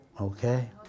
okay